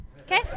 okay